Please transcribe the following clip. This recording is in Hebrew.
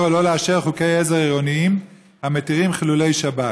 או לא לאשר חוקי עזר עירוניים המתירים חילול שבת.